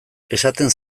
esaten